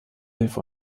hilfe